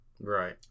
Right